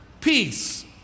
peace